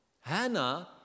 Hannah